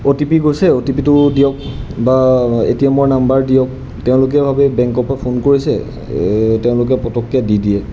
অ' T P গৈছে O T পিটো দিয়ক বা এ টি এমৰ নাম্বাৰ দিয়ক তেওঁলোকে ভাবে এই বেংকৰ পৰা ফোন কৰিছে তেওঁলোকে পতককৈ দি দিয়ে